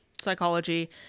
psychology